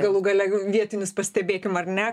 galų gale vietinius pastebėkim ar ne